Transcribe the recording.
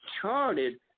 charted